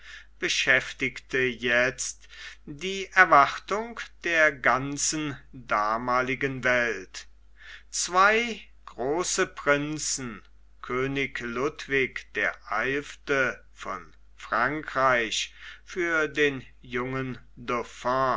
beschäftigte jetzt die erwartung der ganzen damaligen welt zwei große prinzen könig ludwig der eilfte von frankreich für den jungen